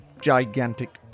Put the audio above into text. gigantic